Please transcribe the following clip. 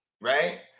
right